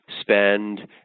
spend